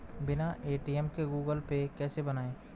बिना ए.टी.एम के Google Pay कैसे बनायें?